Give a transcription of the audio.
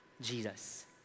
Jesus